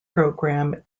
program